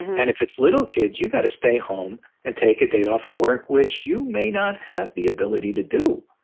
and if it's little kids, you've got to stay home and take a day off of work, which you may not have the ability to do.